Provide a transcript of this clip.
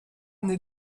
naît